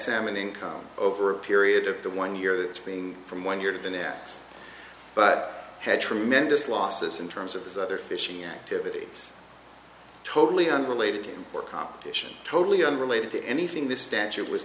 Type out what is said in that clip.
salmon income over a period of the one year that spring from one year to the next but had tremendous losses in terms of his other fishing antibodies totally unrelated to your competition totally unrelated to anything this statute was